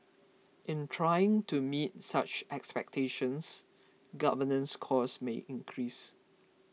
in trying to meet such expectations governance costs may increase